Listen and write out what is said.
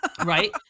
Right